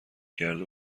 کرده